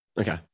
Okay